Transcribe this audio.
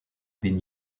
been